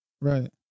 Right